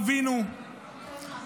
איזה מין שר אתה?